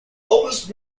oldest